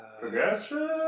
Progressive